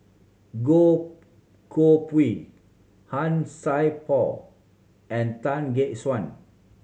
Goh Koh Pui Han Sai Por and Tan Gek Suan